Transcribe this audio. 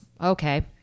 Okay